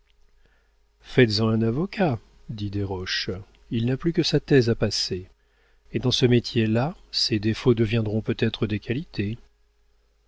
faites-en un avocat dit desroches il n'a plus que sa thèse à passer et dans ce métier-là ses défauts deviendront peut-être des qualités